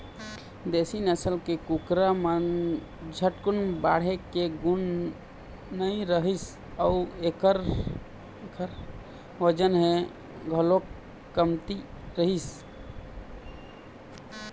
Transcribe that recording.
देशी नसल के कुकरा म झटकुन बाढ़े के गुन नइ रहय अउ एखर बजन ह घलोक कमती रहिथे